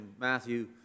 Matthew